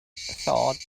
thought